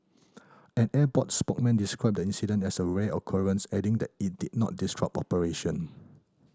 an airport spokesman described the incident as a rare occurrence adding that it did not disrupt operation